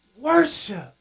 worship